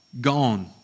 gone